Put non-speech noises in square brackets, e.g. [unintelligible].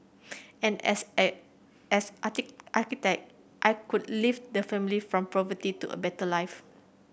and as an as [unintelligible] architect I could lift the family from poverty to a better life